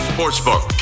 Sportsbook